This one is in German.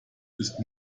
ist